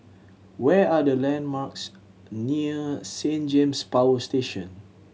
where are the landmarks near Saint James Power Station